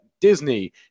Disney